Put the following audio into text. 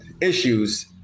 issues